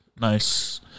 Nice